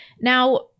Now